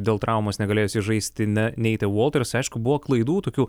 dėl traumos negalėjusį žaisti neitą voltersą aišku buvo klaidų tokių